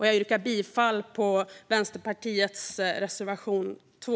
Jag yrkar bifall till Vänsterpartiets reservation 2.